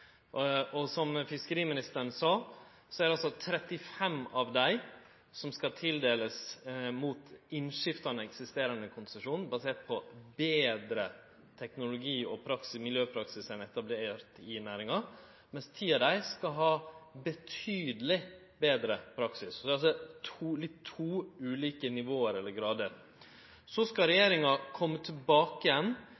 Og som fiskeriministeren sa, er det altså 35 av dei som skal tildelast mot innbyte av eksisterande konsesjon, basert på betre teknologi og miljøpraksis enn etablert i næringa, mens 10 av dei skal ha betydeleg betre praksis. Det er altså to ulike nivå eller grader. Så skal